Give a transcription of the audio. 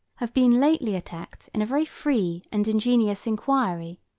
have been lately attacked in a very free and ingenious inquiry,